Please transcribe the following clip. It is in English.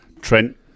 Trent